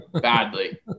badly